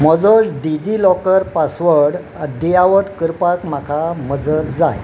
म्होजो DigiLocker password अद्यावत करपाक म्हाका मजत जाय